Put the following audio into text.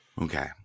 Okay